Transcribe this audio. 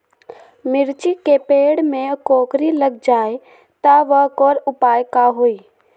मिर्ची के पेड़ में कोकरी लग जाये त वोकर उपाय का होई?